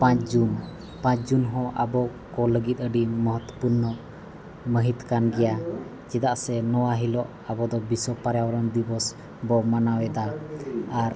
ᱯᱟᱸᱪ ᱡᱩᱱ ᱯᱟᱸᱪ ᱡᱩᱱ ᱦᱚᱸ ᱟᱵᱚ ᱠᱚ ᱞᱟᱹᱜᱤᱫ ᱟᱹᱰᱤ ᱢᱚᱦᱚᱛᱚ ᱯᱩᱨᱱᱚ ᱢᱟᱹᱦᱤᱛ ᱠᱟᱱ ᱜᱮᱭᱟ ᱪᱮᱫᱟᱜ ᱥᱮ ᱱᱚᱣᱟ ᱦᱤᱞᱚᱜ ᱟᱵᱚᱫᱚ ᱵᱤᱥᱥᱚ ᱯᱚᱨᱡᱟᱵᱚᱨᱚ ᱫᱤᱵᱚᱥ ᱵᱚ ᱢᱟᱱᱟᱣᱮᱫᱟ ᱟᱨ